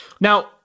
Now